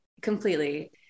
completely